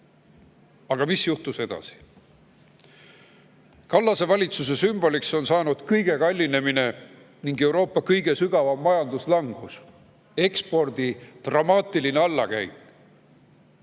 Aga mis juhtus edasi? Kallase valitsuse sümboliks on saanud kõige kallinemine ning Euroopa kõige sügavam majanduslangus, ka ekspordi dramaatiline allakäik.